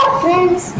friends